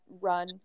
run